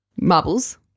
Marbles